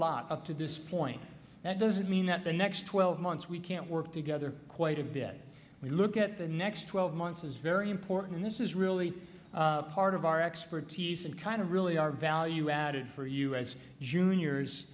lot up to this point that doesn't mean that the next twelve months we can't work together quite a bit we look at the next twelve months is very important this is really part of our expertise and kind of really our value added for us juniors